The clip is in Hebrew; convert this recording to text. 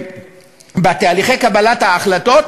בתהליכי קבלת ההחלטות,